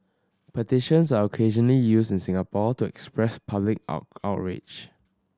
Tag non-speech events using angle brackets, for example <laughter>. petitions are occasionally used in Singapore to express public <unintelligible> outrage